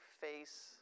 face